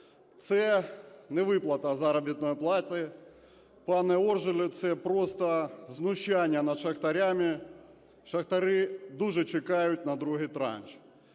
Це не виплата заробітної плати, пане Оржелю, це просто знущання над шахтарями. Шахтарі дуже чекають на другий транш.